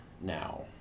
now